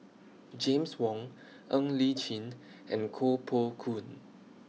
James Wong Ng Li Chin and Koh Poh Koon